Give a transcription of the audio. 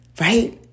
Right